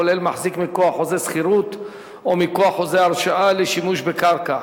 כולל מחזיק מכוח חוזה שכירות או מכוח חוזה הרשאה לשימוש בקרקע.